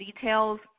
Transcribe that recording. details